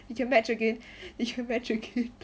you match again eh you match again